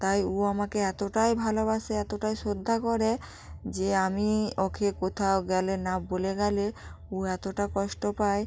তাই ও আমাকে এতটাই ভালোবাসে এতটাই শ্রদ্ধা করে যে আমি ওকে কোথাও গেলে না বলে গেলে ও এতটা কষ্ট পায়